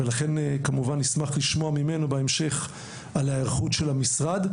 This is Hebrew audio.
ולכן כמובן נשמח לשמוע ממנו בהמשך על ההיערכות של המשרד.